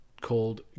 called